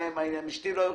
לאשתי,